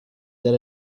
that